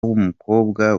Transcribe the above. w’umukobwa